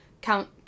Count